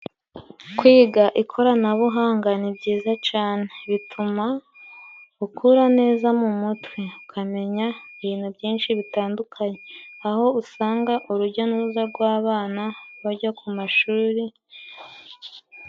Kwiga ikoranabuhanga ni byizayiza cane. Bituma ukura neza mu mutwe ukamenya ibintu byinshi bitandukanye, aho usanga urujya n'uruza rw' abana bajya ku mashuri.